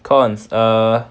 cons err